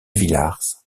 villars